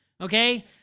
okay